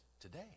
today